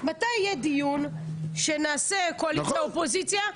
מתי יהיה דיון שנעשה קואליציה ואופוזיציה?